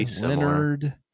Leonard